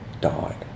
died